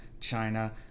China